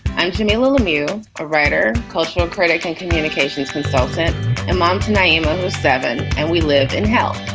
i'm jamila lemieux, a writer, cultural critic and communications consultant and mom, to name seven. and we lived in hell,